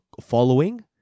following